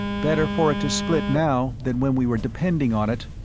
better for it to split now than when we were depending on it,